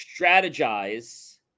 strategize